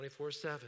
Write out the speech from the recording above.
24-7